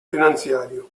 finanziario